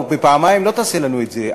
בפעמיים לא תעשה לנו את זה,